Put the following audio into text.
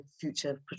future